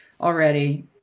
already